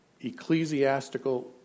ecclesiastical